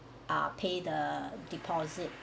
ah pay the deposit